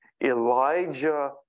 Elijah